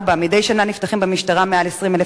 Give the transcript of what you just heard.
4. מדי שנה נפתחים במשטרה מעל 20,000